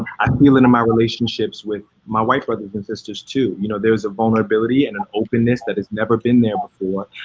i feel it in my relationships with my white brothers and sisters too. you know, there's a vulnerability and an openness that has never been there before.